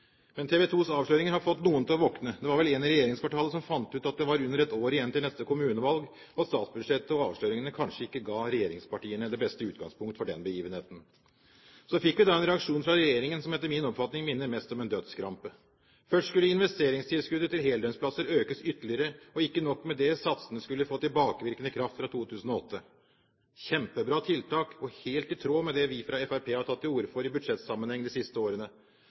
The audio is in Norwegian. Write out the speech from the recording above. Men TV 2s avsløringer har fått noen til å våkne. Det var vel én i regjeringskvartalet som fant ut at det var under ett år igjen til neste kommunevalg, og at statsbudsjettet og avsløringene kanskje ikke ga regjeringspartiene det beste utgangspunkt for den begivenheten. Så fikk vi da en reaksjon fra regjeringen som etter min oppfatning minner mest om en dødskrampe. Først skulle investeringstilskuddet til heldøgnsplasser økes ytterligere, og ikke nok med det: Satsene skulle få tilbakevirkende kraft fra 2008, et kjempebra tiltak og helt i tråd med det vi fra Fremskrittspartiet har tatt til orde for i budsjettsammenheng de siste årene.